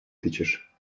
тычешь